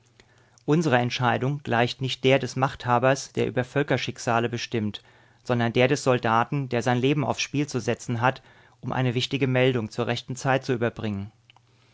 unsere entscheidung gleicht nicht der des machthabers der über völkerschicksale bestimmt sondern der des soldaten der sein leben aufs spiel zu setzen hat um eine wichtige meldung zur rechten zeit zu überbringen